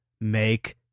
make